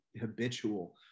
habitual